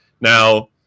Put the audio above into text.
Now